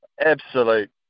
Absolute